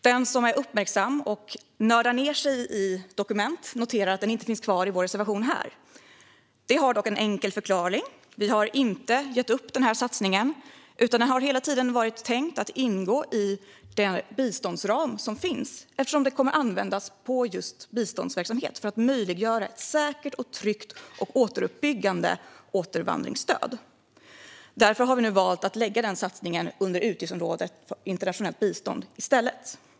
Den som är uppmärksam och nördar ned sig i dokument noterar att den inte finns kvar och inte är med i vår reservation. Det har dock en enkel förklaring. Vi har inte gett upp denna satsning. Den har hela tiden varit tänkt att ingå i den biståndsram som finns, eftersom den kommer att användas för just biståndsverksamhet för att möjliggöra ett säkert, tryggt och återuppbyggande återvandringsstöd. Därför har vi nu valt att i stället lägga denna satsning under utgiftsområdet Internationellt bistånd .